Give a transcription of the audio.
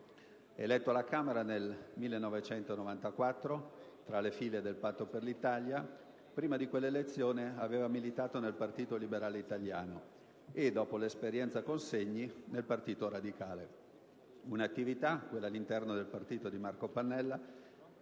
Eletto alla Camera nel 1994 tra le file del Patto per l'Italia, prima di quella elezione aveva militato nel Partito Liberale Italiano e, dopo l'esperienza con Segni, nel Partito Radicale: un'attività, quella all'interno del partito di Marco Pannella,